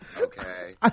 okay